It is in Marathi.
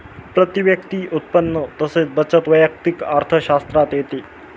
प्रती व्यक्ती उत्पन्न तसेच बचत वैयक्तिक अर्थशास्त्रात येते